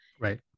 right